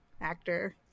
actor